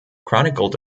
chronicled